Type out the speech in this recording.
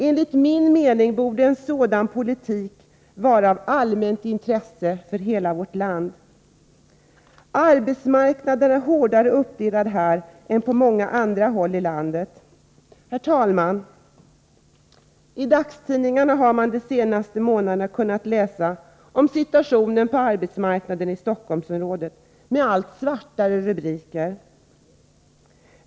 Enligt min mening borde en sådan politik vara av allmänt intresse för hela vårt land. Arbetsmarknaden är hårdare uppdelad här än på många andra håll i landet. Herr talman! I dagstidningarna har man de senaste månaderna kunnat läsa om situationen på arbetsmarknaden i Stockholmsområdet med allt svartare rubriker.